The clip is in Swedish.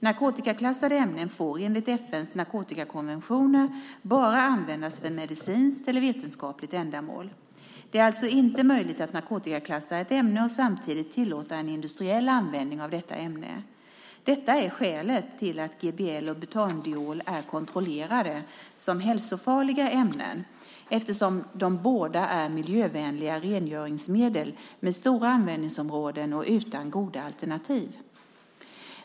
Narkotikaklassade ämnen får enligt FN:s narkotikakonventioner användas bara för medicinskt eller vetenskapligt ändamål. Det är alltså inte möjligt att narkotikaklassa ett ämne och samtidigt tillåta en industriell användning av detta ämne. Det är skälet till att GBL och butandiol är kontrollerade som hälsofarliga ämnen eftersom de båda är miljövänliga rengöringsmedel med stora användningsområden och utan goda alternativ.